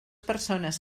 persones